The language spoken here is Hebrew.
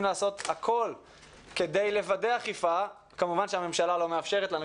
לעשות הכול כדי לוודא אכיפה כמובן שהממשלה לא מאפשרת לנו,